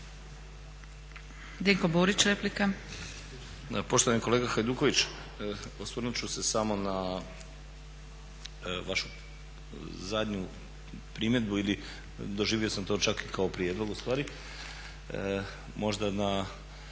Dinko Burić replika.